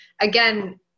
again